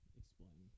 explain